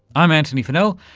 i'm antony funnell,